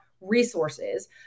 resources